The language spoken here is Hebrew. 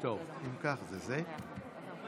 אם כך, נא לשבת, בבקשה.